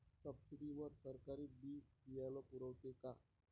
Subsidy वर सरकार बी बियानं पुरवते का?